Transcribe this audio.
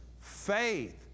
faith